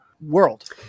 world